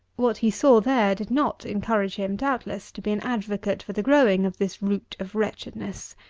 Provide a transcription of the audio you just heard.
what he saw there did not encourage him, doubtless, to be an advocate for the growing of this root of wretchedness.